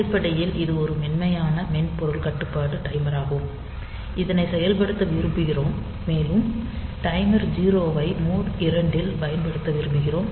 அடிப்படையில் இது ஒரு மென்மையான மென்பொருள் கட்டுப்பாட்டு டைமராகும் இதனை செயல்படுத்த விரும்புகிறோம் மேலும் டைமர் 0 ஐ மோட் 2 இல் பயன்படுத்த விரும்புகிறோம்